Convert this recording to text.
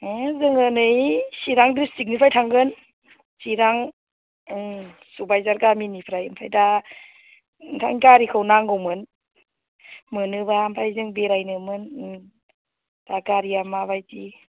ए जोङो नै सिरां द्रिस्टिकनिफ्राय थांगोन सिरां उम सुबायजार गामिनिफ्राय ओमफ्राय दा ओंखायनो गारिखौ नांगौमोन मोनोबा ओमफ्राय जों बेरायनोमोन उम दा गारिया माबायदि